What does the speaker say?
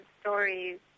stories